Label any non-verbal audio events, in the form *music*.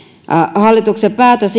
hallituksen päätös *unintelligible*